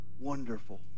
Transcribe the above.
wonderful